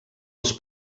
els